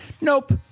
Nope